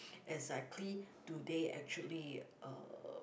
exactly do they actually uh